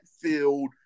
field